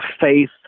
faith